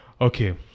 Okay